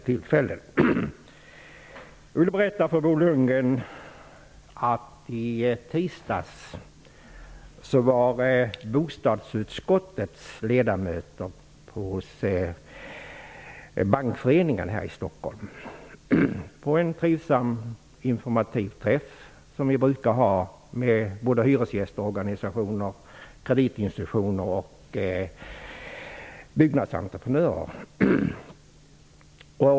Jag vill berätta för Bo Lundgren att bostadsutskottets ledamöter i tisdags besökte Bankföreningen här i Stockholm. Det var en trivsam och informativ träff med såväl hyresgästorganisationer och kreditinstitut som byggnadsentreprenörer.